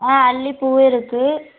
ஆ அல்லிப்பூவும் இருக்குது